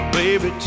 baby